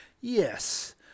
Yes